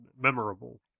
memorable